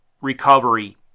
recovery